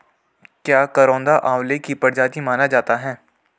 क्या करौंदा आंवले की प्रजाति माना जाता है?